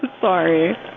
sorry